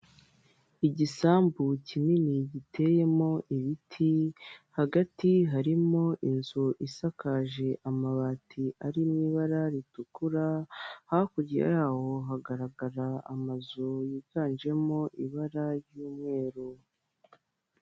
Igisambu kinini giteyemo ibiti hagati harimo inzu isakaje amabati ari mu ibara ritukura hakurya yaho hagaragara amazu yiganjemo ibara ry'umweru.